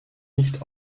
nicht